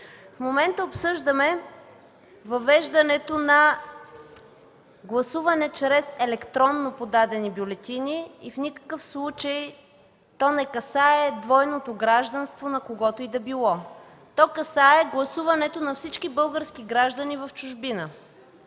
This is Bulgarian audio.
В момента обсъждаме въвеждането на гласуване чрез електронно подадени бюлетини и в никакъв случай то не касае двойното гражданство на когото и да било. То касае гласуването на всички български граждани в чужбина,